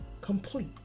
complete